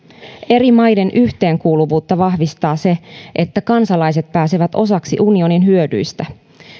eri maiden yhteenkuuluvuutta vahvistaa se että kansalaiset pääsevät osaksi unionin hyödyistä